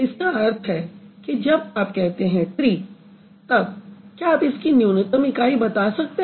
इसका अर्थ है कि जब आप कहते हैं ट्री तब क्या आप इसकी न्यूनतम इकाई बता सकते हैं